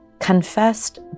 confessed